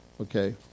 Okay